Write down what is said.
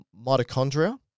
mitochondria